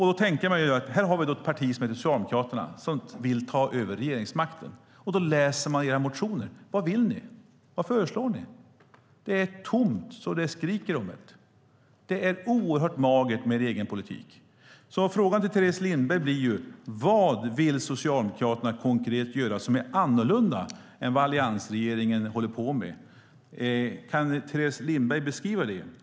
Här har vi då ett parti som heter Socialdemokraterna som vill ta över regeringsmakten. Man läser era motioner. Vad vill ni? Vad föreslår ni? Det är tomt så det skriker om det. Det är oerhört magert med er egen politik. Frågan till Teres Lindberg blir: Vad vill Socialdemokraterna konkret göra som är annorlunda än det som alliansregeringen håller på med? Kan Teres Lindberg beskriva det?